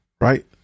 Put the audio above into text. right